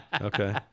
Okay